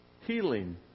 healing